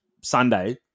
Sunday